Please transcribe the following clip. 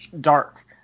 dark